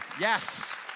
Yes